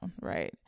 right